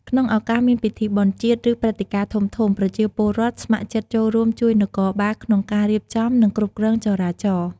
ក្នុងឱកាសមានពិធីបុណ្យជាតិ ឬព្រឹត្តិការណ៍ធំៗ ប្រជាពលរដ្ឋស្ម័គ្រចិត្តចូលរួមជួយនគរបាលក្នុងការរៀបចំ និងគ្រប់គ្រងចរាចរណ៍។